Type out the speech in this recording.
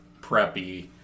preppy